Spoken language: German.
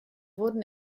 wurden